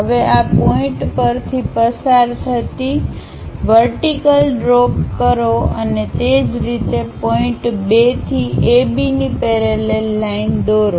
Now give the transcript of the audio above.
હવે આ પોઈન્ટ પરથી પસાર થતી વર્ટિકલ ડ્રોપ કરો અને તે જ રીતે પોઇન્ટ 2 થી A B ની પેરેલલ લાઇન દોરો